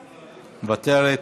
מוותרת,